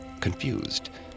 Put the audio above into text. confused